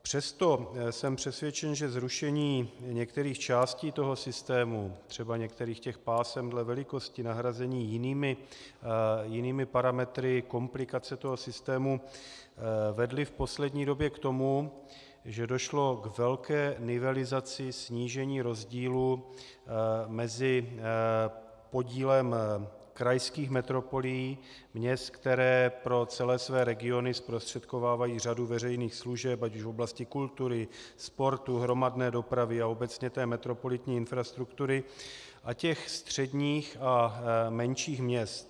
Přesto jsem přesvědčen, že zrušení některých částí toho systému, třeba některých pásem dle velikosti, nahrazením jinými parametry, komplikace toho systému vedly v poslední době k tomu, že došlo k velké nivelizaci snížení rozdílů mezi podílem krajských metropolí, měst, která pro celé své regiony zprostředkovávají řadu veřejných služeb ať už v oblasti kultury, sportu, hromadné dopravy a obecně té metropolitní infrastruktury, a těch středních a menších měst.